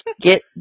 get